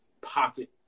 pocket